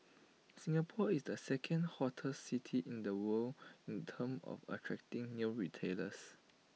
Singapore is the second hottest city in the world in terms of attracting new retailers